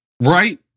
Right